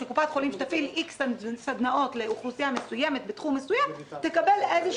כלומר, במחלה כמו סוכרת שהיא באמת מסכנת חיים,